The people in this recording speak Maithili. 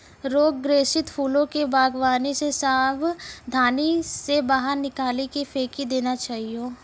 रोग ग्रसित फूलो के वागवानी से साबधानी से बाहर निकाली के फेकी देना चाहियो